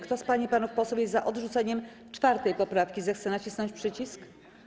Kto z pań i panów posłów jest za odrzuceniem 4. poprawki, zechce nacisnąć przycisk.